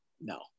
No